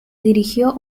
dirigió